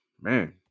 man